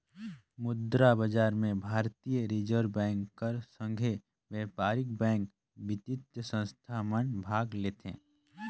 मुद्रा बजार में भारतीय रिजर्व बेंक कर संघे बयपारिक बेंक, बित्तीय संस्था मन भाग लेथें